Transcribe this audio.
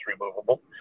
removable